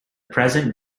present